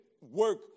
work